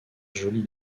joly